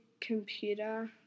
computer